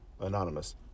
anonymous